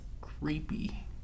creepy